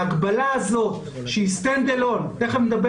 ההגבלה הזאת שהיא בפני עצמה תכף נדבר